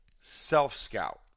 self-scout